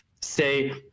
say